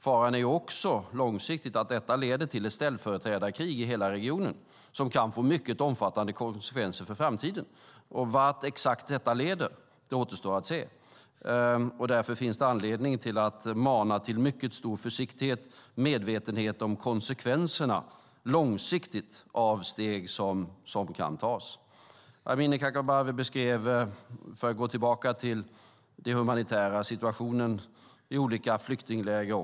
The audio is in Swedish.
Faran är också att detta långsiktigt kan leda till ett ställföreträdarkrig i hela regionen som kan få mycket omfattande konsekvenser för framtiden. Vart exakt detta leder återstår att se. Därför finns det anledning att mana till mycket stor försiktighet och medvetenhet om de långsiktiga konsekvenserna av steg som kan tas. Amineh Kakabaveh beskrev den humanitära situationen i olika flyktingläger.